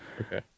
okay